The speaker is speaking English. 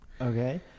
Okay